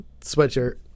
sweatshirt